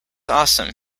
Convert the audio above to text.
awesome